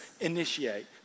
initiate